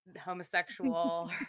homosexual